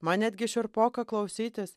man netgi šiurpoka klausytis